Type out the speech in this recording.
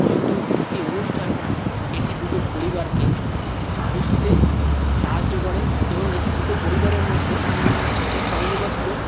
শুধু একটি অনুষ্ঠান নয় এটি দুটো পরিবারকে বুঝতে সাহায্য করে এবং এটি দুটো পরিবারের মধ্যে একটি সঙ্ঘবদ্ধ